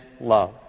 love